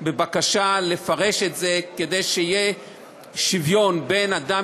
בבקשה לפרש את זה כדי שיהיה שוויון בין אדם